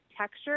texture